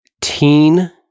Teen